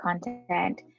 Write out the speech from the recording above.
content